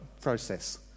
process